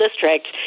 district